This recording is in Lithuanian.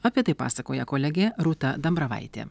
apie tai pasakoja kolegė rūta dambravaitė